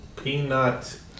Peanut